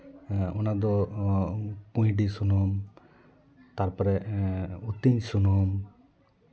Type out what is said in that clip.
ᱚᱱᱟ ᱫᱚ ᱠᱩᱸᱭᱰᱤ ᱥᱩᱱᱩᱢ ᱛᱟᱨᱯᱚᱨᱮ ᱟᱹᱛᱤᱧ ᱥᱩᱱᱩᱢ